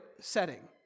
setting